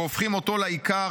והופכים אותו לעיקר,